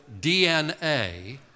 DNA